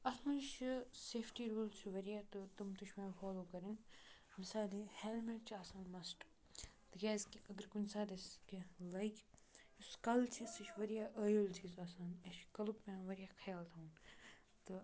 اَتھ منٛز چھِ سیفٹی روٗلٕز چھِ واریاہ تہٕ تم تہِ چھِ مےٚ فالو کَرٕنۍ مِثالے ہیٚلمٹ چھِ آسان مَسٹ تِکیازِ کہِ اگر کُنہِ ساتہٕ اَسہِ کینٛہہ لَگہِ یُس کَلہٕ چھِ سُہ چھُ واریاہ عٲیُل چیٖز آسان اَسہِ چھُ کَلُک پیٚوان واریاہ خَیال تھاوُن تہٕ